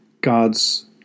God's